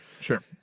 Sure